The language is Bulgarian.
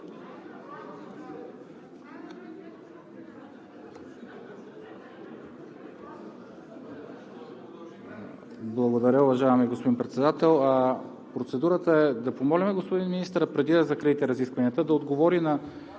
Благодаря, уважаеми господин Председател! Процедурата е да помолим господин министъра, преди да закриете разискванията, да отговори на